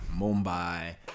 Mumbai